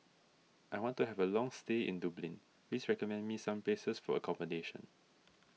I want to have a long stay in Dublin please recommend me some places for accommodation